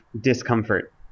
discomfort